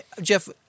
Jeff